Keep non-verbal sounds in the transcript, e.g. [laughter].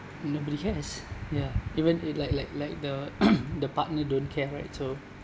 nobody cares ya even it like like like the [coughs] the partner don't care right so